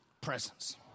presence